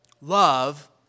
Love